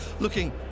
looking